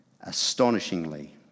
Astonishingly